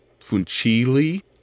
Funchili